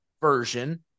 version